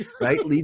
Right